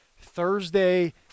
Thursday